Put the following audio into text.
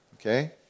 Okay